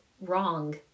wrong